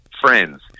friends